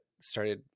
started